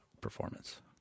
performance